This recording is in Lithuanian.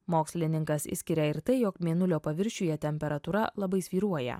mokslininkas išskiria ir tai jog mėnulio paviršiuje temperatūra labai svyruoja